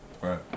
Right